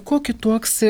kuo kitoks